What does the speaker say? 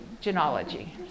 genealogy